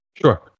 Sure